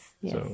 yes